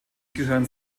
gehörten